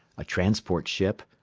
a transport ship,